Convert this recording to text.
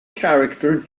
character